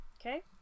Okay